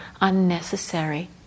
unnecessary